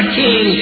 king